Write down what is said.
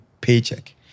paycheck